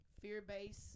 fear-based